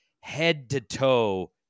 head-to-toe